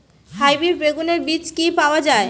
Hybrid বেগুনের বীজ কি পাওয়া য়ায়?